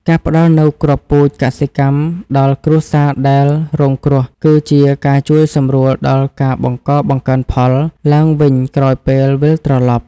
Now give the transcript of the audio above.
ការផ្តល់នូវគ្រាប់ពូជកសិកម្មដល់គ្រួសារដែលរងគ្រោះ គឺជាការជួយសម្រួលដល់ការបង្កបង្កើនផលឡើងវិញក្រោយពេលវិលត្រឡប់។